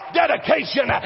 dedication